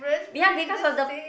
yeah because of the